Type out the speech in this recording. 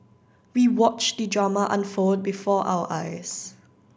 we watched the drama unfold before our eyes